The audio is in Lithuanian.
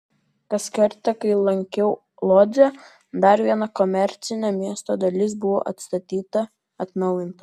kas kartą kai lankiau lodzę dar viena komercinė miesto dalis buvo atstatyta atnaujinta